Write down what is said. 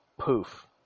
poof